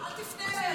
אל תפנה אליי.